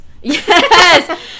Yes